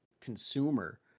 consumer